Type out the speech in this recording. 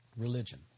Religion